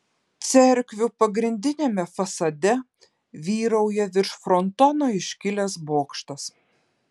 cerkvių pagrindiniame fasade vyrauja virš frontono iškilęs bokštas